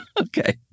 Okay